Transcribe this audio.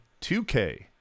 2K